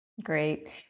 Great